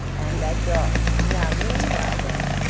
and that's all. now, meanwhile, then,